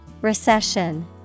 Recession